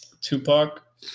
Tupac